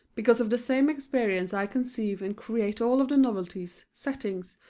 because of the same experience i conceive and create all of the novelties, settings,